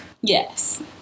Yes